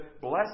bless